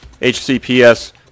HCPS